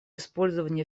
использования